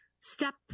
step